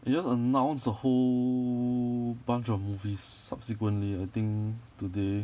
they just announced a whole bunch of movies subsequently I think today